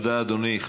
תודה, אדוני.